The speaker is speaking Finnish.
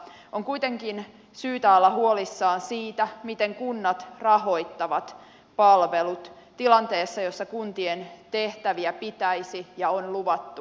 on kuitenkin syytä olla huolissaan siitä miten kunnat rahoittavat palvelut tilanteessa jossa kuntien tehtäviä pitäisi ja on luvattu karsia